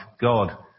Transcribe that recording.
God